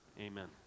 amen